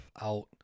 out